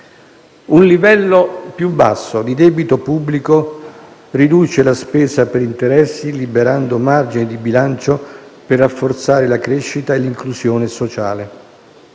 un livello più basso di debito pubblico riduce la spesa per interessi, liberando margine di bilancio per rafforzare la crescita e l'inclusione sociale.